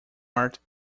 art